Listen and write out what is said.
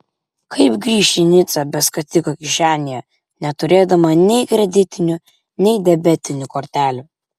kaip grįš į nicą be skatiko kišenėje neturėdama nei kreditinių nei debetinių kortelių